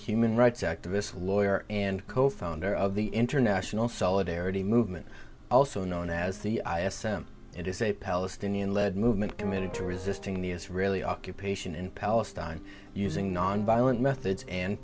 human rights activist lawyer and co founder of the international solidarity movement also known as the i assume it is a palestinian led movement committed to resisting the israeli occupation in palestine using nonviolent methods and